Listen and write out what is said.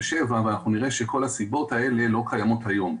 ואנחנו נראה שכל הסיבות האלה לא קיימות היום.